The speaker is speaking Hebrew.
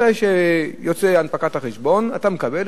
מתי שיוצאת הנפקת החשבון, אתה מקבל.